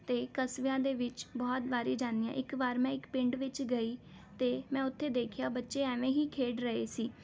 ਅਤੇ ਕਸਬਿਆਂ ਦੇ ਵਿੱਚ ਬਹੁਤ ਵਾਰੀ ਜਾਂਦੀ ਹਾਂ ਇੱਕ ਵਾਰ ਮੈਂ ਇੱਕ ਪਿੰਡ ਵਿੱਚ ਗਈ ਅਤੇ ਮੈਂ ਉੱਥੇ ਦੇਖਿਆ ਬੱਚੇ ਐਵੇਂ ਹੀ ਖੇਡ ਰਹੇ ਸੀ